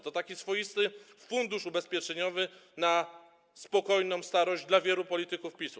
To taki swoisty fundusz ubezpieczeniowy na spokojną starość dla wielu polityków PiS-u.